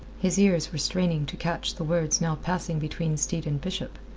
his ears were straining to catch the words now passing between steed and bishop.